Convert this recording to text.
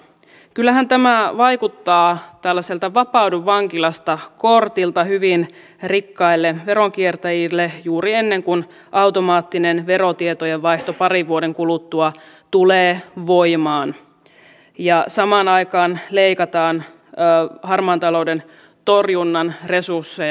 kyllähän tämä vaikuttaa tällaiselta vapaudu vankilasta kortilta hyvin rikkaille veronkiertäjille juuri ennen kuin automaattinen verotietojen vaihto parin vuoden kuluttua tulee voimaan ja samaan aikaan leikataan harmaan talouden torjunnan resursseja